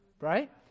right